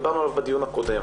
דיברנו עליו בדיון הקודם.